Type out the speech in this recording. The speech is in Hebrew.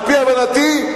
על-פי הבנתי,